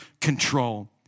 control